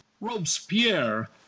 Robespierre